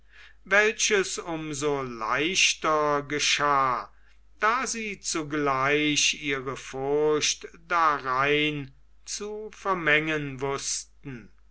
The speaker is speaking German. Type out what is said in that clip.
welches um so leichter geschah da sie zugleich ihre furcht darein zu vermengen wußten